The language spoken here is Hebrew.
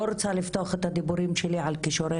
לא רוצה לפתוח את הדיבורים שלי על כישורי